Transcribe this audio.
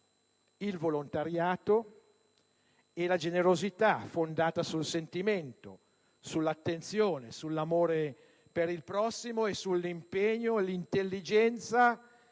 il volontariato e la generosità, fondata sul sentimento, sull'attenzione, sull'amore per il prossimo e sull'impegno e l'intelligenza